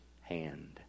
hand